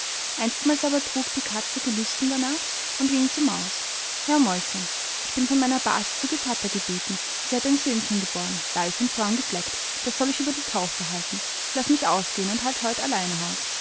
einstmals aber trug die katze gelüsten darnach und ging zur maus hör mäuschen ich bin von meiner base zu gevatter gebeten sie hat ein söhnchen geboren weiß und braun gefleckt das soll ich über die taufe halten laß mich ausgehen und halt heut allein haus